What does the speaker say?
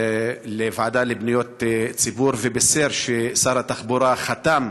לוועדה לפניות הציבור ובישר ששר התחבורה חתם